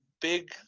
big